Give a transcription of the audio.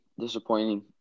disappointing